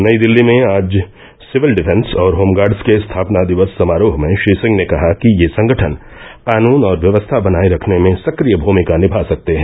नई दिल्ली में आज सिविल डिफेंस और होमगार्ड्स के स्थापना दिवस समारोह में श्री सिंह ने कहा कि ये संगठन कानून और व्यवस्था बनाए रखने में सक्रिय भूमिका निभा सकते हैं